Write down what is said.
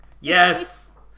Yes